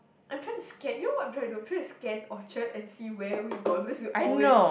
I'm trying to scan you know what I'm trying to do I'm trying to scan Orchard and see where we've gone because we always